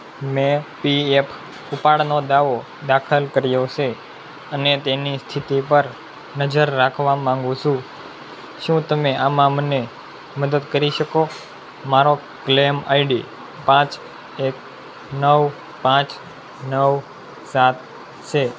મેં P F ઉપાડનો દાવો દાખલ કર્યો છે અને તેની સ્થિતિ પર નજર રાખવા માંગુ છું શું તમે આમાં મને મદદ કરી શકો મારો ક્લેમ આઈડી પાંચ એક નવ પાંચ નવ સાત છે